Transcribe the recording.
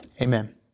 Amen